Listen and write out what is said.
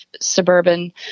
suburban